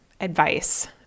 advice